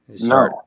No